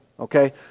Okay